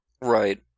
Right